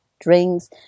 drinks